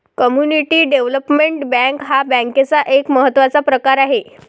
community development bank हा बँकेचा एक महत्त्वाचा प्रकार आहे